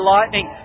Lightning